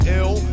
ill